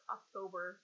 October